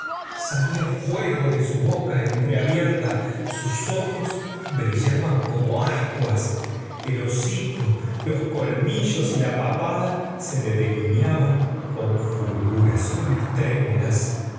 salía fuego de su boca entreabierta sus ojos brillaban como ascuas el hocico los colmillos y la papada se lo delineaban con fulguraciones trémulas